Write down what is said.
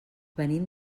venim